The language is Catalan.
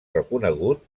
reconegut